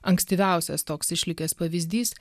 ankstyviausias toks išlikęs pavyzdys